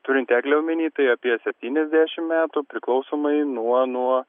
turinti eglę omeny tai apie septyniasdešimt metų priklausomai nuo nuo